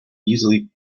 easily